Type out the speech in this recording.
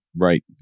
right